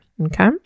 okay